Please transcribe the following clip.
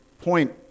point